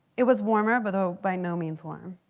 it was warmer, but though by no means warm.